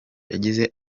yagize